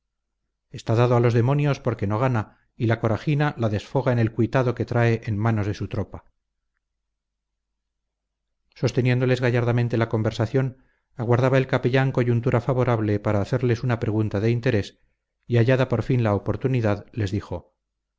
está dado a los demonios porque no gana y la corajina la desfoga en el cuitado que cae en manos de su tropa sosteniéndoles gallardamente la conversación aguardaba el capellán coyuntura favorable para hacerles una pregunta de interés y hallada por fin la oportunidad les dijo